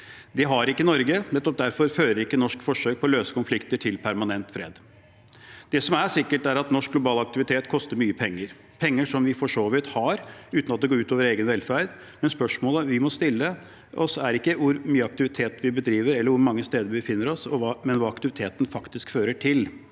Det kan ikke Norge. Nettopp derfor fører ikke norske forsøk på å løse konflikter til permanent fred. Det som er sikkert, er at norsk global aktivitet koster mye penger – penger vi for så vidt har – uten at det går ut over egen velferd. Spørsmålet vi må stille oss, er imidlertid ikke hvor mye aktivitet vi bedriver, eller hvor mange steder vi befinner oss, men hva aktiviteten faktisk fører til.